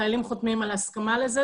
החיילים חותמים על הסכמה לזה,